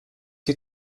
you